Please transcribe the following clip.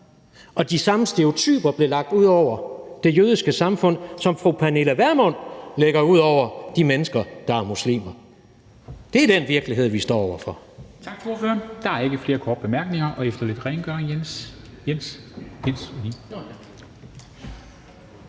og de samme stereotyper blev lagt ud over det jødiske samfund, som fru Pernille Vermund lægger ud over de mennesker, der er muslimer. Det er den virkelighed, vi står over for.